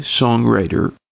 songwriter